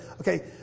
okay